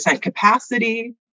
capacity